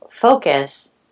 focus